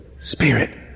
Spirit